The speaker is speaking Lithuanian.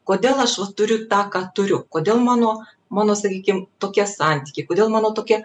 kodėl aš va turiu tą ką turiu kodėl mano mano sakykim tokie santykiai kodėl mano tokia